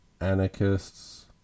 Anarchists